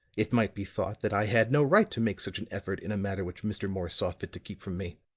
it might be thought that i had no right to make such an effort in a matter which mr. morris saw fit to keep from me.